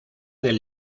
del